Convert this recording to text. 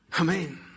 Amen